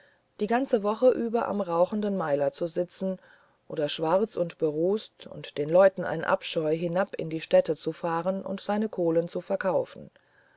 die ganze woche über am rauchenden meiler zu sitzen oder schwarz und berußt und den leuten ein abscheu hinab in die städte zu fahren und seine kohlen zu verkaufen